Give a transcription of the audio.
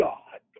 God